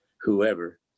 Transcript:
whoever